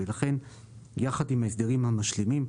ולכן יחד עם ההסדרים המשלימים,